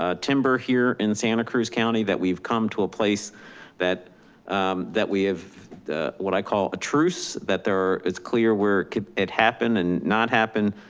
ah timber here in santa cruz county, that we've come to a place that that we have what i call a truce, that there is clear where it happened and not happen.